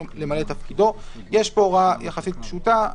למלא את תפקידו."; יש פה הוראה יחסית פשוטה.